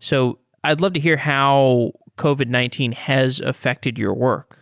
so i'd love to hear how covid nineteen has affected your work